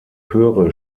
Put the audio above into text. chöre